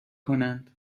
کنند